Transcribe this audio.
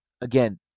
again